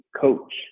coach